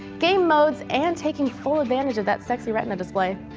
game modes and taking full advantage of that sexy retina display.